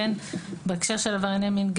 בהקשר של עברייני מין,